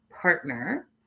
partner